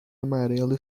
amarelo